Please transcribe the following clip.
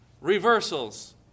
reversals